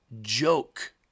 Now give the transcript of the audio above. joke